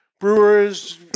brewers